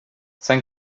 sen